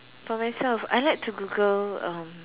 for myself I like to Google uh